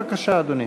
בבקשה, אדוני.